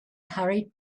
hurried